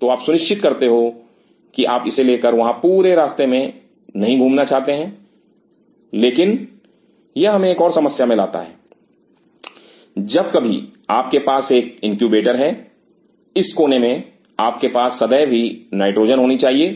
तो आप सुनिश्चित करते हो कि आप इसे लेकर वहां पूरे रास्ते नहीं घूमना चाहते हैं लेकिन यह हमें एक और समस्या में लाता है जब कभी आपके पास एक इनक्यूबेटर है इस कोने में आपके पास सदैव ही नाइट्रोजन होनी चाहिए